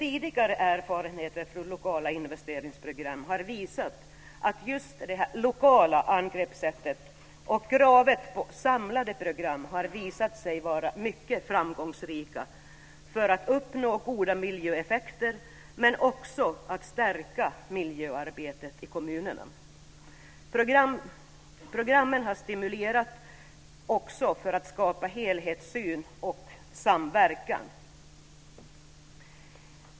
Tidigare erfarenheter från lokala investeringsprogram har visat att just det lokala angreppssättet och kravet på samlade program har varit mycket framgångsrika för att uppnå goda miljöeffekter men också för att stärka miljöarbetet i kommunerna. Programmen har också stimulerat skapandet av en helhetssyn och samverkan.